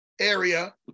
Area